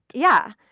yeah.